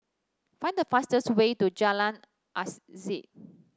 find the fastest way to Jalan